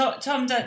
Tom